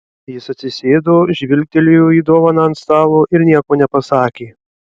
jis atsisėdo žvilgtelėjo į dovaną ant stalo ir nieko nepasakė